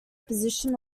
position